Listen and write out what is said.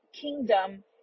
kingdom